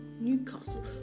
Newcastle